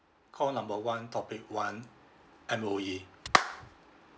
call number one topic one M_O_E